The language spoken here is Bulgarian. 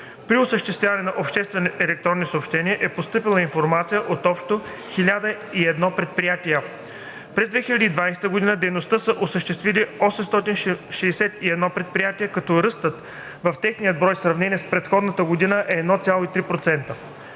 при осъществяване на обществени електронни съобщения е постъпила информация от общо 1001 предприятия. През 2020 г. дейност са осъществявали 861 предприятия, като ръстът в техния брой в сравнение с предходната година е 1,3%.